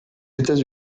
états